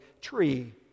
tree